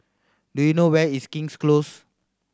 do you know where is King's Close